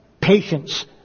patience